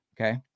okay